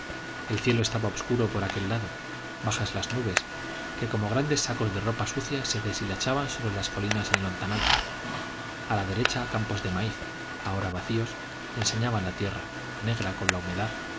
el cielo estaba obscuro por aquel lado bajas las nubes que como grandes sacos de ropa sucia se deshilachaban sobre las colinas de lontananza a la derecha campos de maíz ahora vacíos enseñaban la tierra negra con la humedad